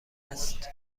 است